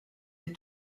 les